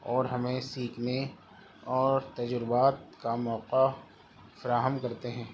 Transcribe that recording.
اور ہمیں سیکھنے اور تجربات کا موقع فراہم کرتے ہیں